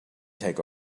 take